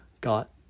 got